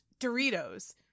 Doritos